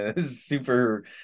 super